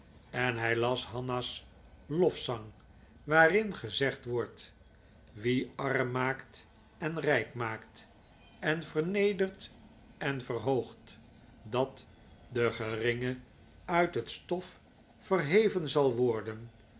en hij las hanna's lofzang waarin gezegd wordt wie arm maakt en rijk maakt en vernedert en verhoogt dat de geringe uit het stof verheven zal worden